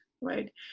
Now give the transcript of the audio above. right